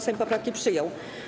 Sejm poprawki przyjął.